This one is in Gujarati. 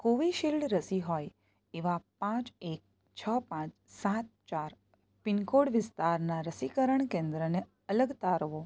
કોવિશીલ્ડ રસી હોય એવાં પાંચ એક છ પાંચ સાત ચાર પિનકોડ વિસ્તારનાં રસીકરણ કેન્દ્રને અલગ તારવો